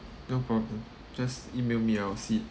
no problem just email me I will see